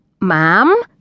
Ma'am